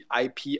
IP